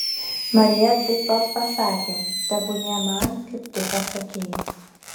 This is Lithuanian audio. marija taip pat pasakė tebūnie man kaip tu pasakei